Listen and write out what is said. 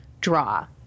draw